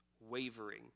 wavering